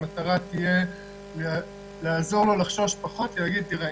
המטרה תהיה לעזור לו לחשוש פחות ולהגיד: תראה,